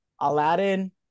aladdin